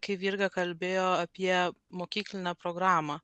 kai virga kalbėjo apie mokyklinę programą